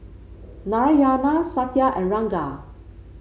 Narayana Satya and Ranga